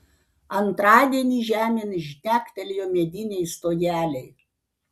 antradienį žemėn žnektelėjo mediniai stogeliai